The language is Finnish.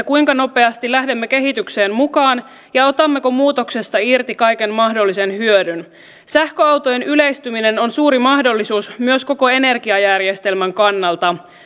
kuinka nopeasti lähdemme kehitykseen mukaan ja otammeko muutoksesta irti kaiken mahdollisen hyödyn sähköautojen yleistyminen on suuri mahdollisuus myös koko energiajärjestelmän kannalta